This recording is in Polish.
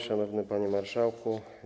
Szanowny Panie Marszałku!